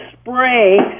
spray